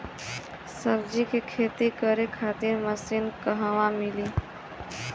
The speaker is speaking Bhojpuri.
सब्जी के खेती करे खातिर मशीन कहवा मिली?